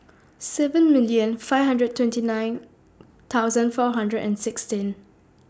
seven million five hundred twenty nine thousand four hundred and sixteen